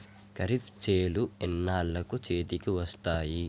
ఖరీఫ్ చేలు ఎన్నాళ్ళకు చేతికి వస్తాయి?